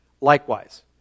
Likewise